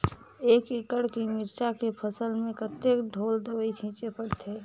एक एकड़ के मिरचा के फसल म कतेक ढोल दवई छीचे पड़थे?